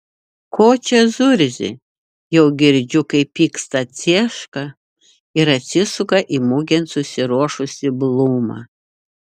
ko čia zurzi jau girdžiu kaip pyksta cieška ir atsisuka į mugėn susiruošusį blūmą